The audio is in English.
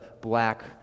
black